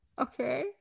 okay